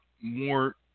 more